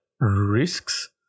risks